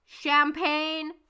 champagne